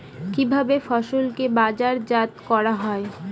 কিভাবে ফসলকে বাজারজাত করা হয়?